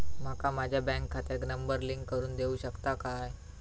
माका माझ्या बँक खात्याक नंबर लिंक करून देऊ शकता काय?